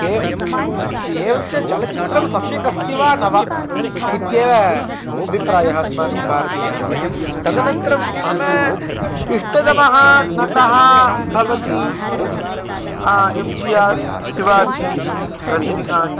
cave एवं च चलचित्रं सम्यक् अस्ति वा न वा इत्येव अभिप्रायः अस्माकं भारतीयानां तदनन्तरं मम इष्टतमः नटः भवति एम् जि आर् शिवाजीरजनीकान्तः